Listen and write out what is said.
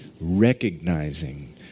recognizing